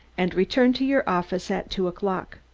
and returned to your office at two o'clock.